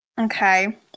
Okay